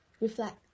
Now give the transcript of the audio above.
reflect